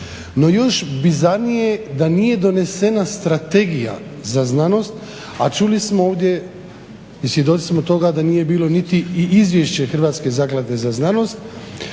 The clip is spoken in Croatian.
No još bizarnije je da nije donesena Strategija za znanost, a čuli smo ovdje i svjedoci smo toga da nije bilo niti i Izvješće Hrvatske zaklade za znanost